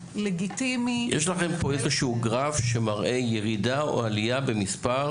לגיטימי --- יש לכם פה איזשהו גרף שמראה ירידה או עלייה במספר